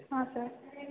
ಹಾಂ ಸರ್